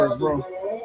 bro